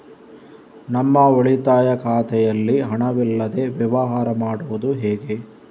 ನಮ್ಮ ಉಳಿತಾಯ ಖಾತೆಯಲ್ಲಿ ಹಣವಿಲ್ಲದೇ ವ್ಯವಹಾರ ಮಾಡುವುದು ಹೇಗೆ?